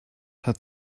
hat